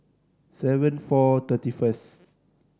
seven four thirty first